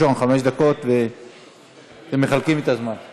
רשומות (הצעות חוק, חוב' כ/721); נספחות.]